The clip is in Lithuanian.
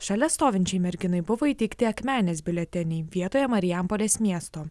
šalia stovinčiai merginai buvo įteikti akmenės biuleteniai vietoje marijampolės miesto